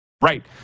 Right